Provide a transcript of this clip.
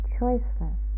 choiceless